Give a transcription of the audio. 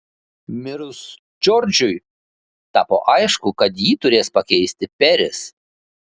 mirus džordžui tapo aišku kad jį turės pakeisti peris